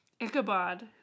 Ichabod